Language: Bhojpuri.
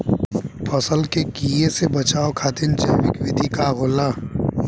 फसल के कियेसे बचाव खातिन जैविक विधि का होखेला?